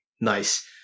Nice